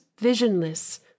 visionless